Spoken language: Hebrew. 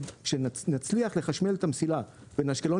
כשנצליח לחשמל את המסילה בין אשקלון